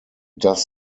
does